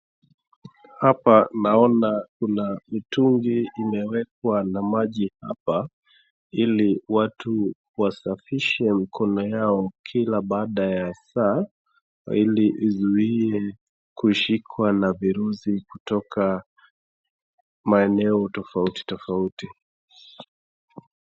Hapa naona kuna mitungi imewekwa na maji hapa ili watu wasafishe mikono yao kila baada ya saa, ili izuie kushikwa na virusi kutoka maeneo tofauti tofauti.